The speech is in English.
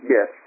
Yes